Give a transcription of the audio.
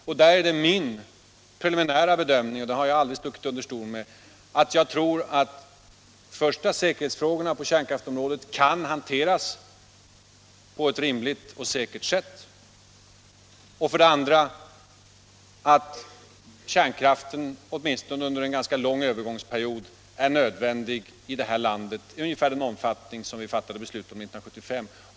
Det är min preliminära bedömning, och det har jag aldrig stuckit under stol med, för det första att jag tror att säkerhetsfrågorna på kärnkraftsområdet kan hanteras på ett rimligt och säkert sätt och för det andra att kärnkraften åtminstone under'en ganska lång övergångsperiod är nödvändig i det här landet i ungefär den omfattning som vi fattade beslut om 1975.